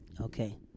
Okay